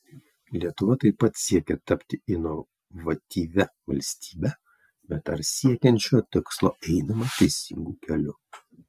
lietuva taip pat siekia tapti inovatyvia valstybe bet ar siekiant šio tikslo einama teisingu keliu